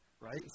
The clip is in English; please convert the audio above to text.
right